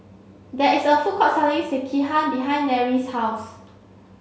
there is a food court selling Sekihan behind Nery's house